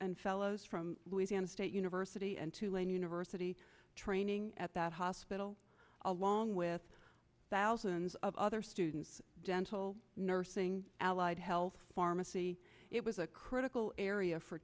and fellows from louisiana state university and tulane university training at that hospital along with thousands of other students dental nursing allied health pharmacy it was a critical area for